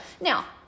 now